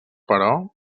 però